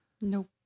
nope